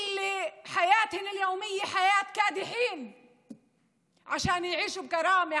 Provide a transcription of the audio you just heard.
שחיי היום-יום שלהם קשים מנשוא כדי שיחיו בכבוד,